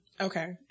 okay